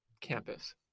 campus